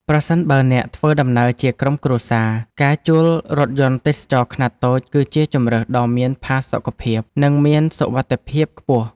ប្រសិនបើអ្នកធ្វើដំណើរជាក្រុមគ្រួសារ ការជួលរថយន្តទេសចរណ៍ខ្នាតតូចគឺជាជម្រើសដ៏មានផាសុកភាព និងមានសុវត្ថិភាពខ្ពស់។